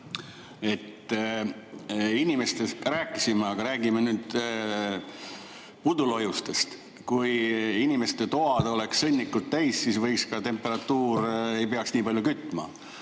Inimestest rääkisime, aga räägime ka pudulojustest. Kui inimeste toad oleks sõnnikut täis, siis oleks ka temperatuur [kõrgem], ei peaks nii palju kütma.